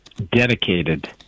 dedicated